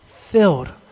filled